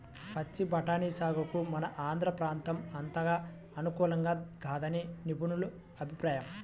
పచ్చి బఠానీ సాగుకు మన ఆంధ్ర ప్రాంతం అంతగా అనుకూలం కాదని నిపుణుల అభిప్రాయం